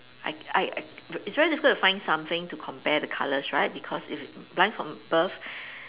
I I I it's very difficult to find something to compare the colours right because if blind from birth